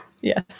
Yes